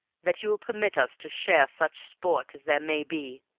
that you will permit us to share such sport as there may be.